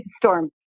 storm